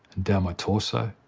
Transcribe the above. down my torso,